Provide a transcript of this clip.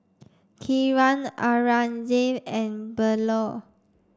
Kiran Aurangzeb and Bellur